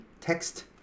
text